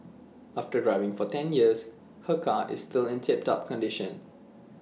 after driving for ten years her car is still in tip top condition